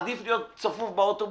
עדיף להיות צפוף באוטובוס,